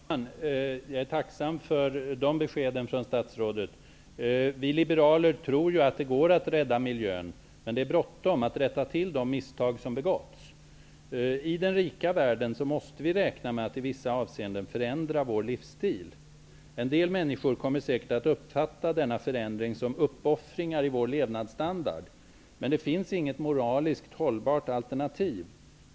Herr talman! Jag är tacksam för de beskeden från statsrådet. Vi liberaler tror att det går att rädda miljön, men det är bråttom med att rätta till de misstag som har begåtts. I den rika världen måste vi räkna med att i vissa avseenden förändra vår livsstil. En del människor kommer säkert att uppfatta denna förändring som uppoffringar i vår levnadsstandard, men det finns inte något moraliskt hållbart alternativ.